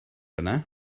yna